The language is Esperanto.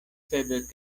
sed